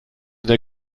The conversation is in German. der